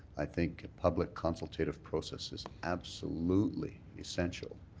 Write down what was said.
i think public consultive process is absolutely essential